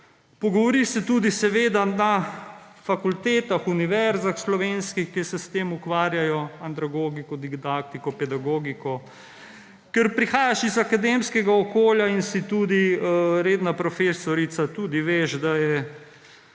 Pogovoriš se tudi seveda na slovenskih fakultetah, univerzah, ki se s tem ukvarjajo, andragogiko, didaktiko, pedagogiko. Ker prihajaš iz akademskega okolja in si tudi redna profesorica, tudi veš, da je